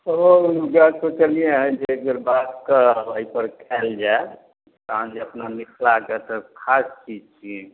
ओ जहए सोचलियै हँ जे एक बेर बात करब एहिपर कएल जाए तहन जे अपना मिथिलाके तऽ खास चीज छियै